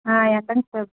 ஆ entrance